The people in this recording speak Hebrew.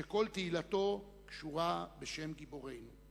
שכל תהילתו קשורה בשם גיבורינו".